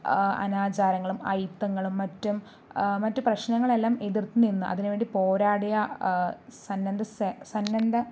അനാചാരങ്ങളും അയ്ത്ങ്ങളും മറ്റും മറ്റു പ്രശ്നങ്ങൾ എല്ലാം എതിർത്ത് നിന്ന് അതിന് വേണ്ടി പോരാടിയ സന്നന്ദ സെ സന്നദ്ധ